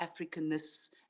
Africanness